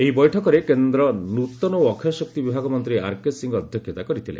ଏହି ବୈଠକରେ କେନ୍ଦ୍ର ନୃତନ ଓ ଅକ୍ଷୟ ଶକ୍ତି ବିଭାଗ ମନ୍ତ୍ରୀ ଆର୍କେ ସିଂହ ଅଧ୍ୟକ୍ଷତା କରିଥିଲେ